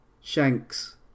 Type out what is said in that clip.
Shanks